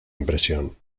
impresión